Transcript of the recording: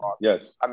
Yes